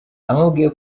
amubwiye